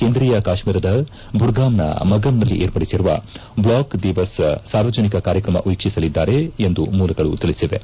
ಕೇಂದ್ರೀಯ ಕಾಶ್ಮೀರದ ಬುಡ್ಗಾಮ್ನ ಮಗಮ್ನಲ್ಲಿ ಏರ್ಪಡಿಸಿರುವ ಬ್ಲಾಕ್ ದಿವಸ್ ಸಾರ್ವಜನಿಕ ಕಾರ್ಯಕ್ರಮ ಎಣ್ಷಿಸಲಿದ್ದಾರೆ ಎಂದು ಮೂಲಗಳು ತಿಳಿಸಿವೆ